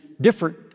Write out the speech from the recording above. different